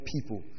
people